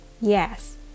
Yes